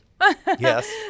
Yes